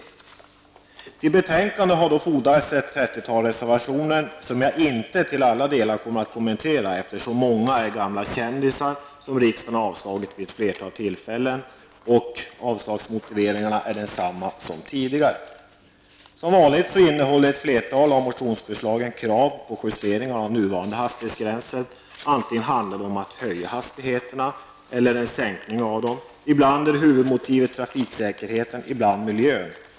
Till betänkandet har fogats ett trettiotal reservationer som jag inte till alla delar kommer att kommentera eftersom många är ''gamla kändisar'' som riksdagen har avslagit vid ett flertal tillfällen. Avslagsmotiveringarna är desamma som tidigare. Som vanligt innehåller ett flertal av motionsförslagen krav på justeringar av nuvarande hastighetsgränser -- antingen handlar de om att höja hastighetsgränserna eller om att sänka dem. Ibland är huvudmotivet trafiksäkerheten, ibland miljön.